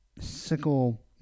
sickle